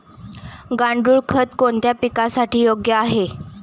गांडूळ खत कोणत्या पिकासाठी योग्य आहे?